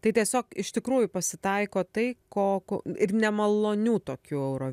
tai tiesiog iš tikrųjų pasitaiko tai ko ko ir nemalonių tokių euro